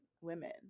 women